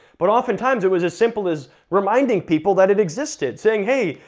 but oftentimes it was as simple as reminding people that it existed, saying, hey,